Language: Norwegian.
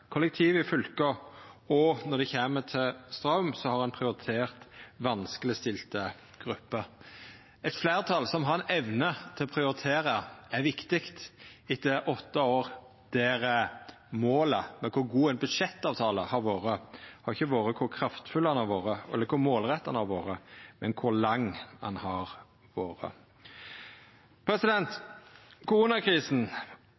kollektiv i fylka. Når det gjeld straum, har ein prioritert vanskelegstilte grupper. Eit fleirtal som har evne til å prioritera, er viktig etter åtte år der målet med kor god ein budsjettavtale har vore, ikkje har vore kor kraftfull han har vore, eller kor målretta han har vore, men kor lang han har